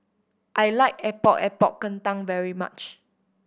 I like Epok Epok Kentang very much